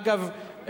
אגב,